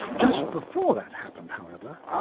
just before that happened however,